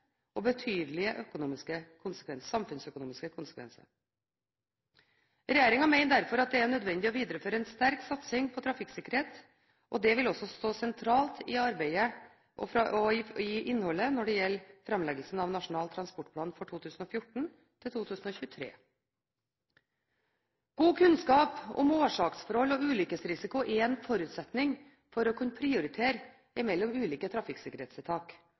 og betydelige samfunnsøkonomiske konsekvenser. Regjeringen mener derfor at det er nødvendig å videreføre en sterk satsing på trafikksikkerhet, og det vil også stå sentralt i arbeidet og i innholdet når det gjelder framleggelsen av Nasjonal transportplan for perioden 2014–2023. God kunnskap om årsaksforhold og ulykkesrisiko er en forutsetning for å kunne prioritere mellom ulike trafikksikkerhetstiltak